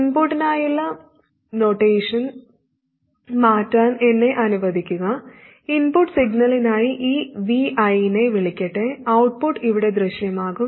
ഇൻപുട്ടിനായുള്ള notation മാറ്റാൻ എന്നെ അനുവദിക്കുക ഇൻപുട്ട് സിഗ്നലിനായി ഈ Vi നെ വിളിക്കട്ടെ ഔട്ട്പുട്ട് ഇവിടെ ദൃശ്യമാകും